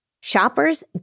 Shoppers